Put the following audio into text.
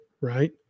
right